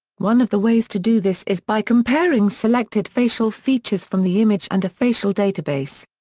one of the ways to do this is by comparing selected facial features from the image and a facial database.